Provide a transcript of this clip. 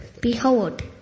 behold